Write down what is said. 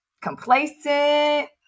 complacent